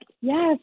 yes